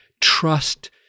trust